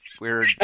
weird